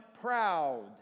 proud